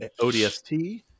ODST